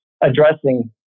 addressing